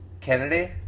Kennedy